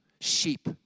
Sheep